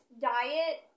diet